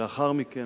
לאחר מכן,